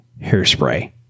hairspray